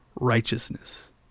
righteousness